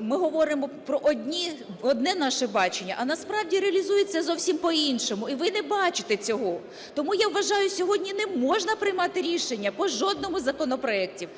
Ми говоримо про одне наше бачення, а насправді реалізується зовсім по-іншому, і ви не бачите цього. Тому, я вважаю, сьогодні не можна приймати рішення по жодному із законопроектів.